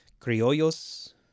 Criollos